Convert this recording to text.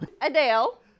Adele